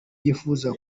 yifuza